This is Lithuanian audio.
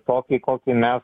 tokį kokį mes